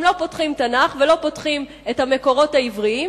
הם לא פותחים תנ"ך ולא פותחים את המקורות העבריים,